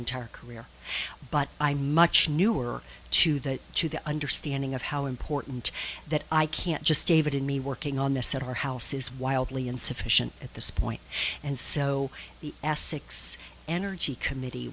entire career but i'm much newer to that to the understanding of how important that i can't just david and me working on this that our house is wildly insufficient at this point and so the s six energy committee